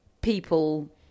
people